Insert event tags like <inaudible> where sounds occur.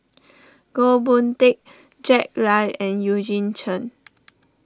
Goh Boon Teck Jack Lai and Eugene Chen <noise>